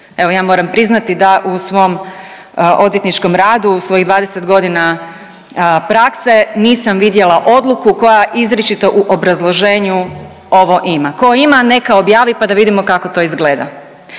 Evo ja moram priznati da u svom odvjetničkom radu, u svojih 20.g. prakse, nisam vidjela odluku koja izričito u obrazloženju ovo ima, ko ima neka objavi, pa da vidimo kako to izgleda.